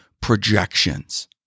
projections